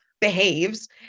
behaves